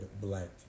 black